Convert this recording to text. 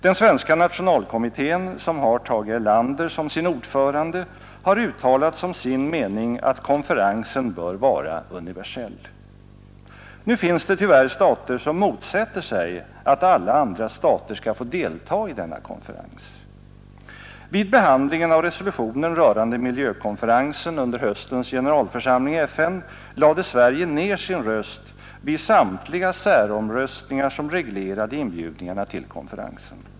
Den svenska nationalkommittén, som har Tage Erlander som sin ordförande, har uttalat som sin mening att konferensen bör vara universell. Nu finns det tyvärr stater som motsätter sig att alla andra stater skall få delta i denna konferens. Vid behandlingen av resolutionen rörande miljökonferensen under höstens generalförsamling i FN lade Sverige ner sin röst vid samtliga säromröstningar som reglerade inbjudningarna till konferensen.